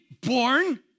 born